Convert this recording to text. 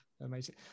Amazing